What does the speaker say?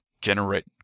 generate